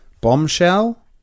Bombshell